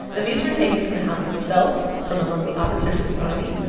and these were taken from the house itself, from among the officers of the army,